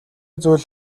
зүйл